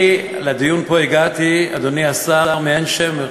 אני לדיון פה הגעתי, אדוני השר, מעין-שמר.